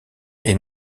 est